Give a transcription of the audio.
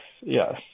yes